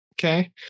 Okay